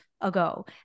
ago